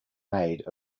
made